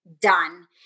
done